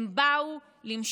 הם באו למשול.